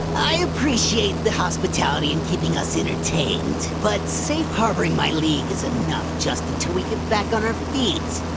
i appreciate the hospitality and keeping us entertained, but safe harboring my league is enough just until we get back on our feet.